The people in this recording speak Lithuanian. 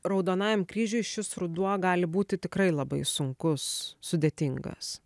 raudonajam kryžiui šis ruduo gali būti tikrai labai sunkus sudėtingas